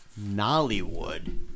Nollywood